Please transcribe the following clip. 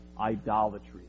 idolatry